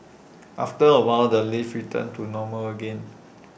after A while the lift returned to normal again